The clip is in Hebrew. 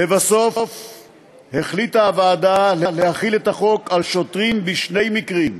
לבסוף החליטה הוועדה להחיל את החוק על שוטרים בשני מקרים: